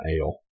Ale